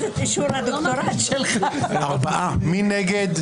מי נגד?